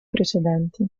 precedenti